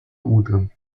утром